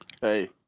hey